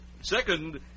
Second